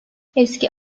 eski